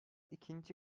ikinci